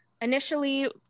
initially